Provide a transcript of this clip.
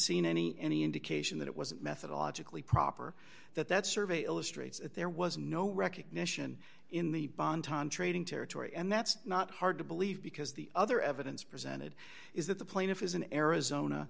seen any any indication that it wasn't methodologically proper that that survey illustrates that there was no recognition in the bon ton trading territory and that's not hard to believe because the other evidence presented is that the plaintiff is an arizona